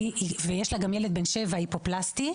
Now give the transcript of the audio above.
ויש לה ילד בן 7 היפופלסטי.